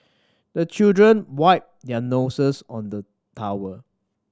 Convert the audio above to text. the children wipe their noses on the towel